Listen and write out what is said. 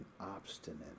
obstinate